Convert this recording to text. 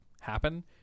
happen